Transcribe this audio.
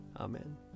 Amen